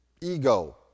ego